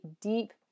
deep